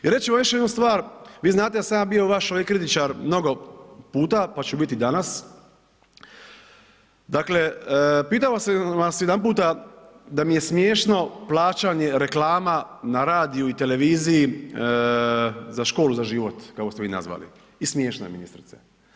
I reći ću vam još jednu stvar, vi znate da sam ja bio ovdje vaš kritičar mnogo puta pa ću biti i danas, dakle pitao sam vas jedanputa da mi je smiješno plaćanje reklama na radiju i televiziji za „Školu za život“ kako ste vi nazvali i smiješno je ministrice.